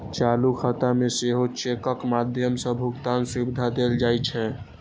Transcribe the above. चालू खाता मे सेहो चेकक माध्यम सं भुगतानक सुविधा देल जाइ छै